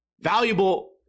valuable